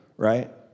Right